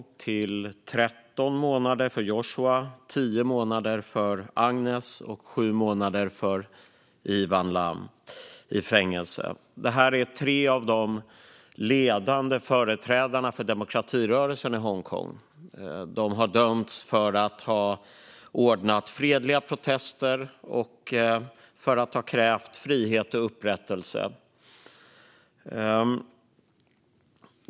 Det blev 13 månader för Joshua, 10 månader för Agnes och 7 månader för Ivan Lam. Detta är tre av de ledande företrädarna för demokratirörelsen i Hongkong. De har dömts för att ha ordnat fredliga protester och för att ha krävt frihet och upprättelse.